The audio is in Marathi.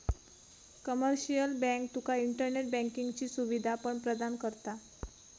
कमर्शियल बँक तुका इंटरनेट बँकिंगची सुवीधा पण प्रदान करता